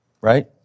right